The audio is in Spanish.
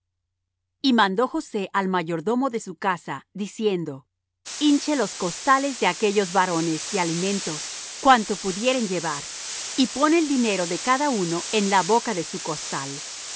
y mando josé al mayordomo de su casa diciendo hinche los costales de aquestos varones de alimentos cuanto pudieren llevar y pon el dinero de cada uno en la boca de su costal